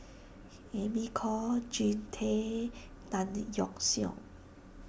Amy Khor Jean Tay Tan Yeok Seong